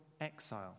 exile